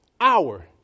hour